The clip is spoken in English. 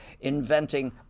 inventing